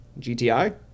GTI